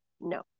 no